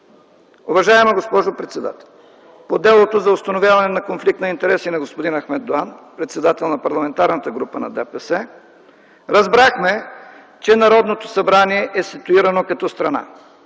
Уважаема госпожо председател, по делото за установяване на конфликт на интереси на господин Ахмед Доган, председател на Парламентарната група на ДПС, разбрахме, че Народното събрание е ситуирано като страна.